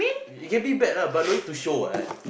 you can be bad lah but don't need to show what